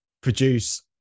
produce